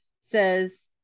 says